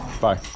Bye